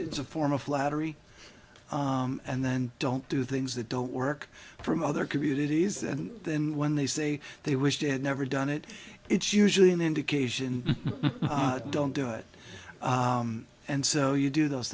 it's a form of flattery and then don't do things that don't work from other communities and then when they say they wish they had never done it it's usually an indication don't do it and so you do those